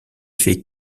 fait